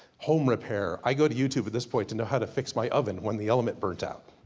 home repair. i go to youtube at this point, to know how to fix my oven when the element burnt out.